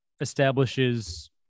establishes